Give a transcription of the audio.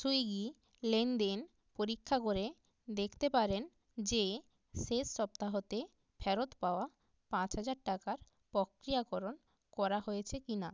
Swiggy লেনদেন পরীক্ষা করে দেখতে পারেন যে শেষ সপ্তাহতে ফেরত পাওয়া পাঁচ হাজার টাকার পক্রিয়াকরণ করা হয়েছে কিনা